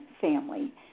family